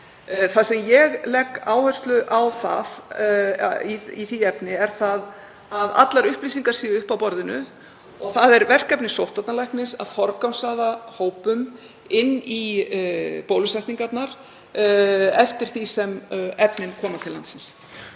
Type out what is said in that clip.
Það sem ég legg áherslu á í því efni er að allar upplýsingar séu uppi á borðinu. Það er síðan verkefni sóttvarnalæknis að forgangsraða hópum inn í bólusetningarnar eftir því sem efnin koma til landsins.